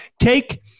Take